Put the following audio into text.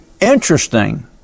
interesting